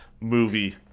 movie